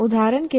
उदाहरण के लिए